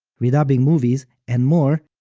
redubbing movies, and more,